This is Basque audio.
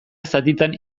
zatitan